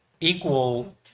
equal